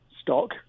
stock